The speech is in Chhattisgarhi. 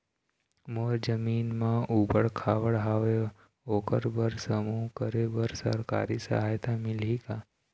मोर जमीन म ऊबड़ खाबड़ हावे ओकर बर समूह करे बर सरकारी सहायता मिलही का?